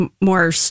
more